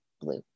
blue